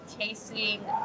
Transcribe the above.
chasing